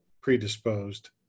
predisposed